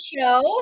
show